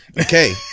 Okay